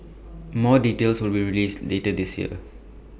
more details will be released later this year